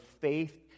faith